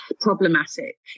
problematic